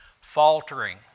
faltering